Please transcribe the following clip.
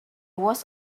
was